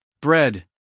bread